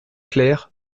clair